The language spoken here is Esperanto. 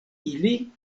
ili